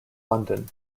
london